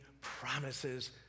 promises